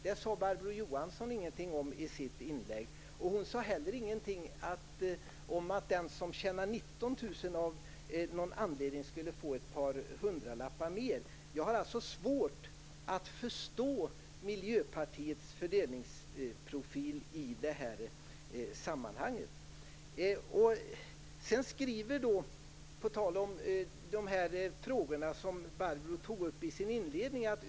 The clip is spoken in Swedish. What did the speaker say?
Det sade Barbro Johansson ingenting om i sitt inlägg. Hon sade heller ingenting om att den som tjänar 19 000 kr av någon anledning skulle få ett par hundralappar mer. Jag har svårt att förstå Miljöpartiets fördelningsprofil i detta sammanhang.